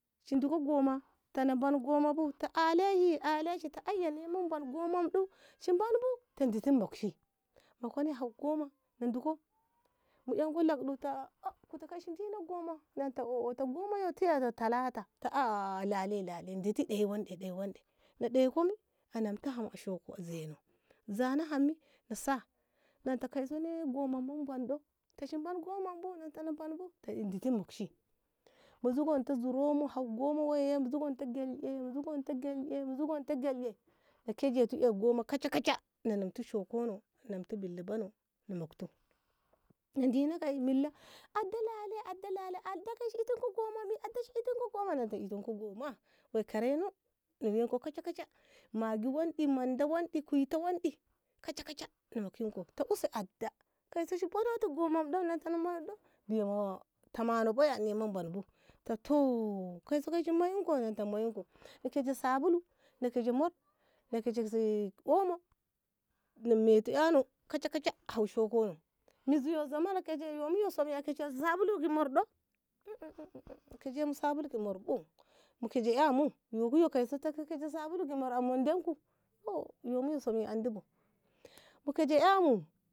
Shi dikko gomma tana ban gomma bu aleshi- aleshi tana ey ni nan ko gommai bu shi munbu diti mukshi mu koni har goma ni diko mu enko lak ɗuta oh kute ae shi dina gwama nata oh oh na gomma yau tilata ta aa aa lale lale ɗai wanɗde ɗai wanɗai na ɗekami na ɗeka ham aseko zano zano ham ey na sa nan ta kaiso wei gomman mu banɗo ta shi man gomman bu ta diti mukshi mu zugonto zuromu mu hau gommu weiye mu zugonto gaiye mu zugonto gaiye na kaje tu ey gomma kashakasha na minti shokunno minti binu bano na mukto na dina ka milla ada lale ada lale ada ki ishinte goma bi nada na ikonti gomma wei kareno na weiti kashakasha magi wanɗi manda wanɗi kuita wanɗi kashakasha na mekinko use ada kaiso shi buɗoti gomma mu ɗo nata na munu ɗo biye ma tamano baya na manu bu ta to kaiso ta miyanko nanta mayinko na kajeti sabulu na kajetu mur na kaesi ey omo na meiti eyno kashskasha haushou gonno mizi zaman ke yumiyo keje sabulum ke mur ɗo oh oh oh kajemu sabulum ki mur bu mu kije eymu yo kuye kaisu sabulu ka munde ku oh yumi suni andi bu mu kaje eymu.